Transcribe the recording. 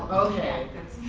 okay.